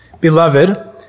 Beloved